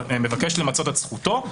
למצות את זכותו,